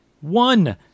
One